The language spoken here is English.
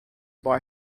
boy